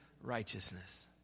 righteousness